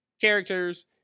characters